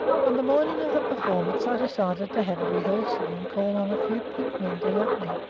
on the morning of the performance i decided to have a rehearsal, and called on a few picked men to help me.